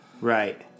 Right